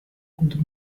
contra